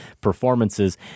performances